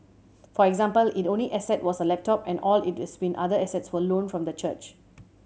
for example it only asset was a laptop and all its been other assets were loaned from the church